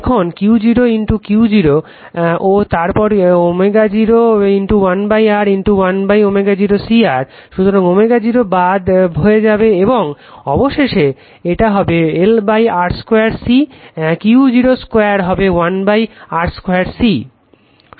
এখন Q0 Q0 ও তারপর ω0 lR 1ω0 CR সুতরাং ω0 বাদ হয়ে যাবে এবং অবশেষে এটা হবে LR 2 C Q0 2 হবে lR 2 C